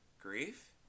grief